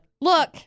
Look